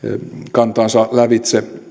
kantaansa lävitse